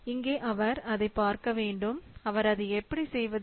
இங்கே அவர் அதை பார்க்க வேண்டும் அவர் அதை எப்படி செய்வது